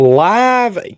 live